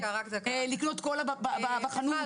לקנות קולה בחנות,